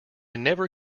never